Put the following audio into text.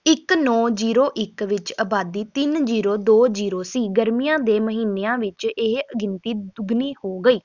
ਇੱਕ ਨੌਂ ਜ਼ੀਰੋ ਇੱਕ ਵਿੱਚ ਆਬਾਦੀ ਤਿੰਨ ਜ਼ੀਰੋ ਦੋ ਜ਼ੀਰੋ ਸੀ ਗਰਮੀਆਂ ਦੇ ਮਹੀਨਿਆਂ ਵਿੱਚ ਇਹ ਗਿਣਤੀ ਦੁੱਗਣੀ ਹੋ ਗਈ